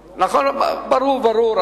נכון, ברור, ברור.